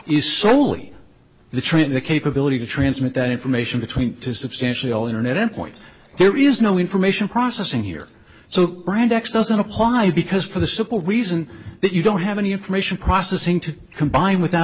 is solely the trim the capability to transmit that information between two substantial internet endpoints there is no information processing here so brand x doesn't apply because for the simple reason that you don't have any information processing to combine without